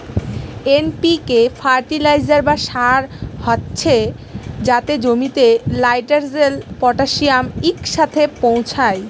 NPK fertiliser বা সার হছে যাতে জমিতে লাইটেরজেল, পটাশিয়াম ইকসাথে পৌঁছায়